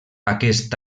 aquest